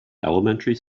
elementary